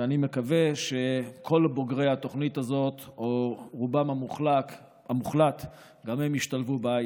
ואני מקווה שכל בוגרי התוכנית הזאת או רובם המוחלט גם הם ישתלבו בהייטק.